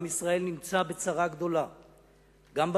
עם ישראל נמצא בצרה גדולה,